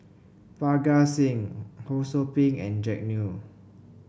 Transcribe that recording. Parga Singh Ho Sou Ping and Jack Neo